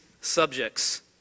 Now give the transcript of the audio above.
subjects